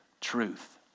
truth